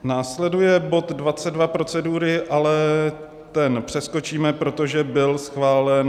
Následuje bod 22 procedury, ale ten přeskočíme, protože byl schválen B 7096.